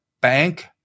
bank